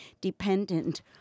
dependent